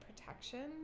Protection